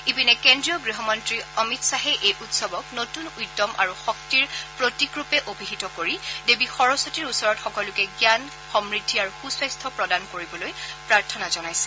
ইপিনে কেন্দ্ৰীয় গৃহমন্ত্ৰী অমিত খাহে এই উৎসৱক নতুন উদ্যম আৰু শক্তিৰ প্ৰতীকৰূপে অভিহিত কৰি দেৱী সবস্বতী ওচৰত সকলোকে জান সমৃদ্ধি আৰু সুস্বাস্থ্য প্ৰদান কৰিবলৈ প্ৰাৰ্থনা জনাইছে